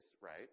Right